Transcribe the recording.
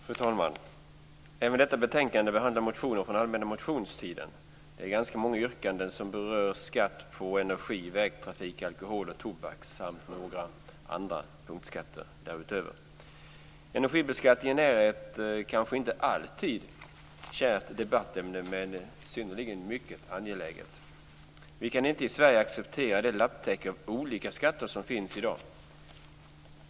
Fru talman! Även detta betänkande behandlar motioner från allmänna motionstiden. Det är ganska många yrkanden som berör skatt på energi, vägtrafik, alkohol och tobak samt några andra punktskatter. Energibeskattningen är ett kanske inte alltid kärt debattämne men ett synnerligen angeläget. Vi kan inte i Sverige acceptera det lapptäcke av olika skatter som finns i dag.